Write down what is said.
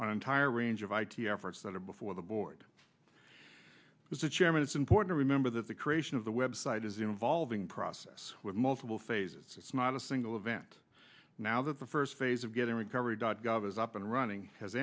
on entire range of i t efforts that are before the board as a chairman it's important to remember that the creation of the website is involving process with multiple phases it's not a single event now that the first phase of getting recovery dot gov is up and running has